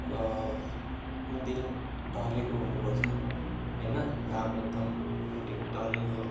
र दिन ढलेको हुनु पर्छ होइन घाम एकदम ढि ढलेको